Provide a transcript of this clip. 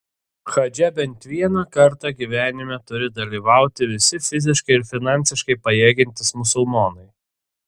hadže bent vieną kartą gyvenime turi dalyvauti visi fiziškai ir finansiškai pajėgiantys musulmonai